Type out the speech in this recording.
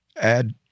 add